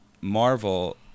marvel